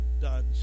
done